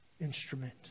instrument